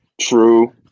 true